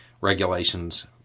regulations